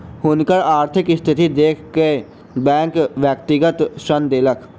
हुनकर आर्थिक स्थिति देख कअ बैंक व्यक्तिगत ऋण देलक